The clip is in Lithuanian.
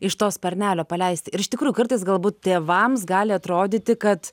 iš to sparnelio paleisti ir iš tikrųjų kartais galbūt tėvams gali atrodyti kad